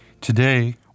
Today